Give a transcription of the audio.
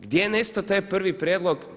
Gdje je nestao taj prvi prijedlog?